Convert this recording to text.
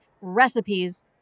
recipes